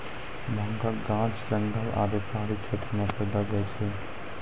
भांगक गाछ जंगल आरू पहाड़ी क्षेत्र मे पैलो जाय छै